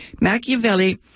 Machiavelli